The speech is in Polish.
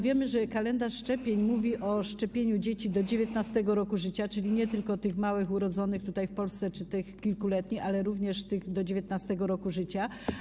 Wiemy, że kalendarz szczepień mówi o szczepieniu dzieci do 19. roku życia, czyli nie tylko małych dzieci urodzonych w Polsce czy tych kilkuletnich, ale również tych do 19. roku życia.